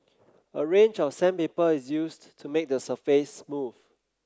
a range of sandpaper is used to make the surface smooth